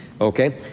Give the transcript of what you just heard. Okay